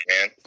man